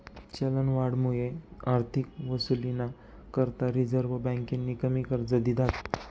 चलनवाढमुये आर्थिक वसुलीना करता रिझर्व्ह बँकेनी कमी कर्ज दिधात